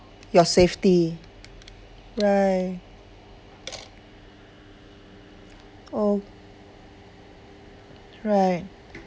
your safety right oh right